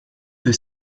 the